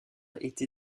été